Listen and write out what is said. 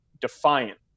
defiant